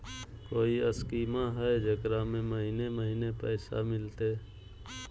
कोइ स्कीमा हय, जेकरा में महीने महीने पैसा मिलते?